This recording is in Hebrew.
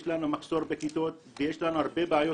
יש לנו מחסור בכיתות ויש לנו הרבה בעיות